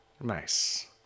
Nice